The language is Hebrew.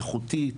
איכותית,